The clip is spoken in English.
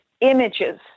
images